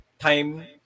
Time